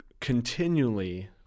continually